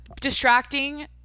distracting